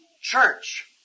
church